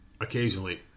occasionally